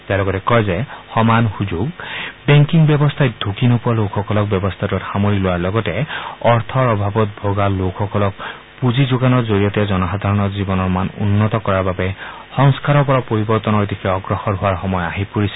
তেওঁ লগতে কয় যে সমান সুযোগ বেংকিক ব্যৱস্থাই ঢুকি নোপাৱা লোকসকলক ব্যৱস্থাটোত সামৰি লোৱাৰ লগতে অৰ্থৰ অভাৱত ভোগা লোসকলক পুঁজি যোগানৰ জৰিয়তে জনসাধাৰণৰ জীৱনৰ মান উন্নত কৰাৰ বাবে সংস্কাৰৰ পৰা পৰিৱৰ্তনৰ দিশে অগ্ৰসৰ হোৱাৰ সময় আহি পৰিছে